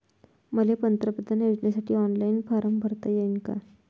मले पंतप्रधान योजनेसाठी ऑनलाईन फारम भरता येईन का?